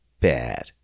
bad